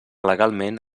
legalment